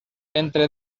entre